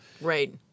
Right